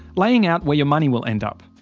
laying out where your money will end up.